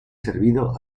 servido